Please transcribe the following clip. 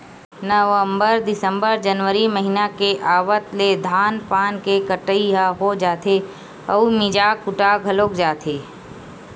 नवंबर, दिंसबर, जनवरी महिना के आवत ले धान पान के कटई ह हो जाथे अउ मिंजा कुटा घलोक जाथे